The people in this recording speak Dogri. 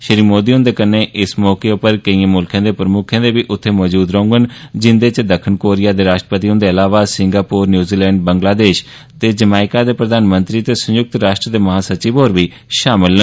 श्री मोदी हंदे कन्नै इस मौके केइएं मुल्खें दे प्रमुक्ख बी उत्थे मौजूद रौहडन जिंदे च दक्खन कोरिया दे राष्ट्रपति हंदे अलावा सिंगापोर न्यूजीलैंड बंग्लादेश ते जकैका दे प्रधानमंत्री ते संय्क्त राष्ट्र दे महासचिव होर बी शामिल न